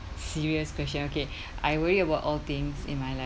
serious question okay I worry about all things in my life